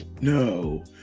No